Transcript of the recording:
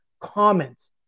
comments